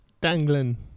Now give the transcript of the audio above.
dangling